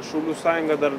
šaulių sąjungą dar